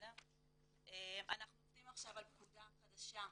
אנחנו עובדים על פקודה חדשה,